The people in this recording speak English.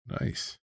Nice